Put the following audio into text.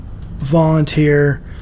volunteer